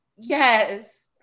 Yes